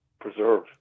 preserve